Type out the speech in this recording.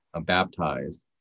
baptized